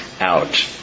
out